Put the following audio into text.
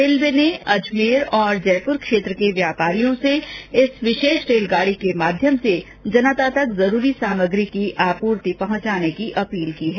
railway ने अजमेर और जयपुर क्षेत्र के व्यापारियों से इस विशेष गाड़ी के माध्यम से जनता तक जरूरी सामग्री की आपूर्ति पहुंचाने की अपील की है